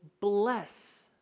bless